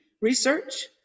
research